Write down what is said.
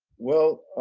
well,